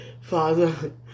Father